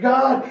God